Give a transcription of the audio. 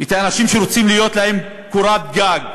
את האנשים שרוצים שתהיה להם קורת גג,